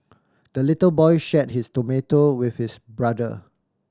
the little boy shared his tomato with his brother